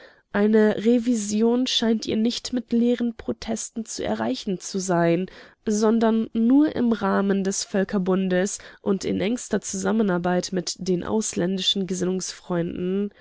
eine revision scheint ihr nicht mit leeren protesten zu erreichen zu sein sondern nur im rahmen des völkerbundes und in engster zusammenarbeit mit den ausländischen